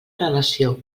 relació